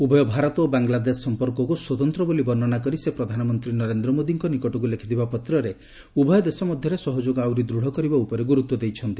ଉଭୟ ଭାରତ ଓ ବାଙ୍ଗଲାଦେଶ ସମ୍ପର୍କକୁ ସ୍ୱତନ୍ତ୍ର ବୋଲି ବର୍ଣ୍ଣନା କରି ସେ ପ୍ରଧାନମନ୍ତ୍ରୀ ନରେନ୍ଦ୍ର ମୋଦୀଙ୍କ ନିକଟକୁ ଲେଖିଥିବା ପତ୍ରରେ ଉଭୟ ଦେଶ ମଧ୍ୟରେ ସହଯୋଗ ଆହୁରି ଦୃଢ଼ କରିବା ଉପରେ ଗୁରୁତ୍ୱ ଦେଇଛନ୍ତି